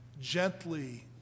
gently